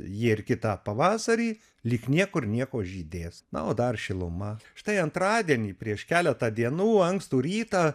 jie ir kitą pavasarį lyg niekur nieko žydės na o dar šiluma štai antradienį prieš keletą dienų ankstų rytą